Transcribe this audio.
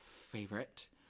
favorite